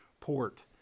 port